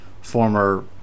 former